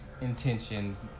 intentions